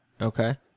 Okay